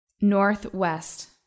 northwest